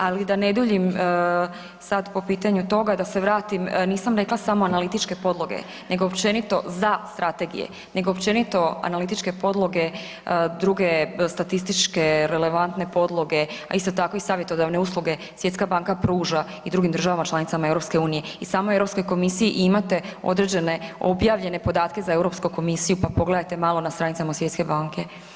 Ali da ne duljim sad po pitanju toga da se vratim, nisam rekla samo analitičke podloge nego općenito za strategije, nego općenito analitičke podloge druge statističke relevantne podloge, a isto tako i savjetodavne usluge Svjetska banka pruža i drugim državama članicama EU i samoj Europskoj komisiji i imate određene objavljene podatke za Europsku komisiju pa pogledajte malo na stranicama od Svjetske banke.